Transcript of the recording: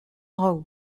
rowe